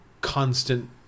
constant